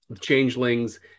Changelings